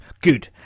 Good